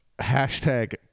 hashtag